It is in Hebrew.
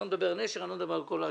ומבלי לקבל החלטה.